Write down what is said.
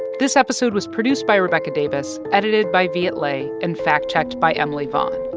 this episode was produced by rebecca davis, edited by viet le and fact-checked by emily vaughn.